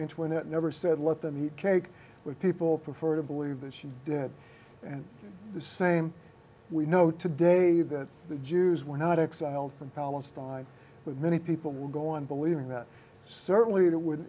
antoinette never said let them eat cake were people prefer to believe that she did and the same we know today that the jews were not exiled from problem start with many people will go on believing certainly to would